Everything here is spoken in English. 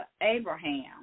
Abraham